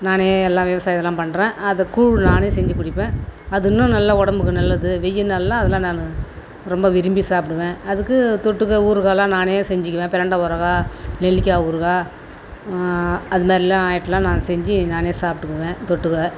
நானே எல்லாம் விவசாயம் இதெல்லாம் பண்ணுறேன் அது கூழ் நானே செஞ்சிக்குடிப்பேன் அது இன்னும் நல்ல உடம்புக்கு நல்லது வெயில் நாளில் அதெல்லாம் நான் ரொம்ப விரும்பி சாப்பிடுவேன் அதுக்கு தொட்டுக்க ஊறுகாலாம் நானே செஞ்சிக்குவேன் பிரண்ட ஊறுகாய் நெல்லிக்காய் ஊறுகாய் அதுமாரிலாம் ஐட்டம்லாம் நான் செஞ்சி நானே சாப்பிட்டுக்குவேன் தொட்டுக்க